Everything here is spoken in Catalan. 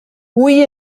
hui